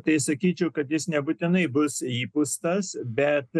tai sakyčiau kad jis nebūtinai bus įpūstas bet